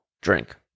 drink